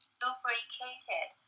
lubricated